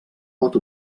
pot